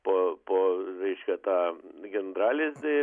po po reiškia tą gandralizdį